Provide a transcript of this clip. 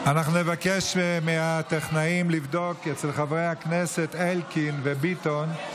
אנחנו נבקש מהטכנאים לבדוק אצל חברי הכנסת אלקין וביטון.